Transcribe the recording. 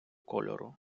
кольору